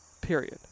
Period